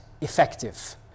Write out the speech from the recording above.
effective